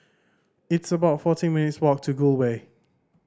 it's about fourteen minutes' walk to Gul Way